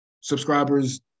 subscribers